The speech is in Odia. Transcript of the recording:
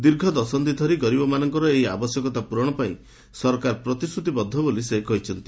ଦୀର୍ଘଦଶନ୍ଧି ଧରି ଗରିବମାନଙ୍କର ଏହି ଆବଶ୍ୟକତା ପୂରଣ ପାଇଁ ସରକାର ପ୍ରତିଶ୍ରତିବଦ୍ଧ ବୋଲି ସେ କହିଛନ୍ତି